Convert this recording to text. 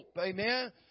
amen